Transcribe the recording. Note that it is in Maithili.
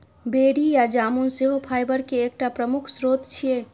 बेरी या जामुन सेहो फाइबर के एकटा प्रमुख स्रोत छियै